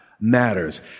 matters